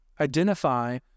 identify